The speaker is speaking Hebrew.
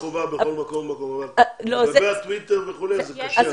לגבי הטוויטר וכולי, זה קשה.